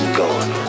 gone